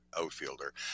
outfielder